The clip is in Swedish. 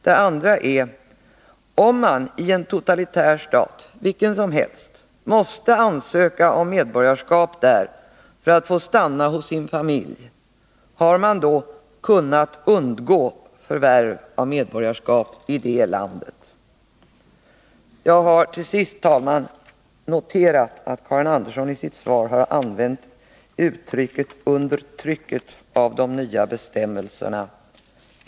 Det andra är: Om man i en totalitär stat vilken som helst måste ansöka om medborgarskap där för att få stanna hos sin familj, har man då ”kunnat undgå” förvärv av medborgarskap i det landet? Jag har till sist, herr talman, noterat att Karin Andersson i sitt interpellationssvar använt uttrycket ”under trycket av de nya irakiska bestämmelserna”.